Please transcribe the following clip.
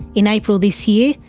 in april this year,